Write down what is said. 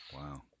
Wow